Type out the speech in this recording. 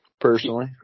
personally